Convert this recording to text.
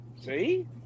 See